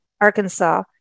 Arkansas